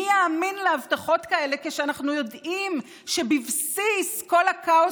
מי יאמין להבטחות כאלה כשאנחנו יודעים שבבסיס כל הכאוס